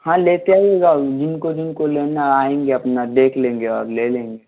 हाँ लेते आइएगा जिनको जिनको लेना है आएँगे अपना देख लेंगे और ले लेंगे